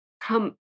come